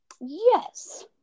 yes